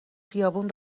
خیابون